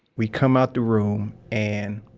we come out the room and